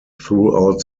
throughout